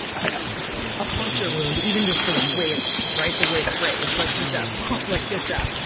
ah um a puncture wound, even just the way it's, right, the way it's phrased. like just a punc, like just a,